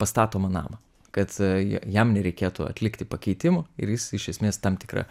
pastatomą namą kad ja jam nereikėtų atlikti pakeitimų ir jis iš esmės tam tikra